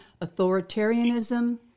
authoritarianism